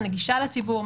נגישה לציבור,